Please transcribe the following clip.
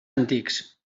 antics